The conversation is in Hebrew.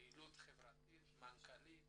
פעילות חברתית, מנכ"לית